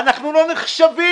אנחנו לא נחשבים.